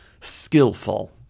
skillful